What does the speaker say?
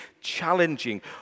challenging